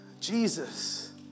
Jesus